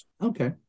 Okay